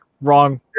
wrong